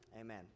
Amen